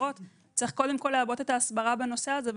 צריך קודם כול לעבות את ההסברה בנושא הזה,